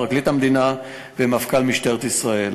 פרקליט המדינה ומפכ"ל משטרת ישראל,